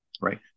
right